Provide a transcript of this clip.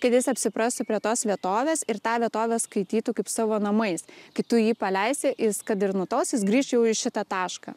kad jis apsiprastų prie tos vietovės ir tą vietovę skaitytų kaip savo namais kai tu jį paleisi jis kad ir nutols jis grįš jau į šitą tašką